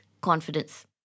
confidence